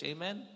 Amen